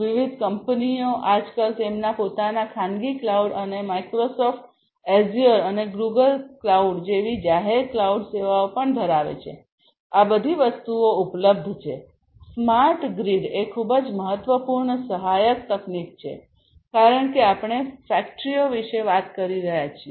વિવિધ કંપનીઓ આજકાલ તેમના પોતાના ખાનગી કલાઉડ અને માઇક્રોસોફ્ટ અઝ્યુર અને ગુગલ ક્લાઉડ જેવી જાહેર ક્લાઉડ સેવાઓ પણ ધરાવે છે આ બધી વસ્તુઓ ઉપલબ્ધ છે સ્માર્ટ ગ્રીડ એ ખૂબ જ મહત્વપૂર્ણ સહાયક તકનીક છે કારણ કે આપણે ફેક્ટરીઓ વિશે વાત કરી રહ્યા છીએ